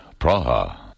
Praha